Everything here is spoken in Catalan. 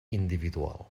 individual